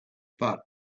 but